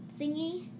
thingy